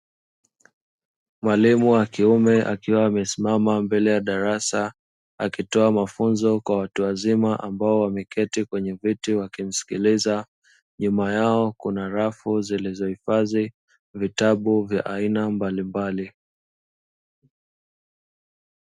Mwalimu wa kiume akiwa amesimama mbele ya darasa, akitoa mafunzo kwa watu wazima ambao wameketi kwenye viti wakimsikiliza; nyuma yao kuna rafu zilizohifadhi vitabu vya aina mbalimbali.